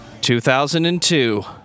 2002